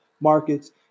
markets